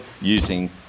using